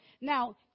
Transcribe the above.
Now